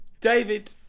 David